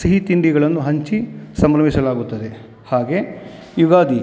ಸಿಹಿ ತಿಂಡಿಗಳನ್ನು ಹಂಚಿ ಸಂಭ್ರಮಿಸಲಾಗುತ್ತದೆ ಹಾಗೇ ಯುಗಾದಿ